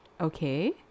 Okay